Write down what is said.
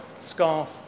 scarf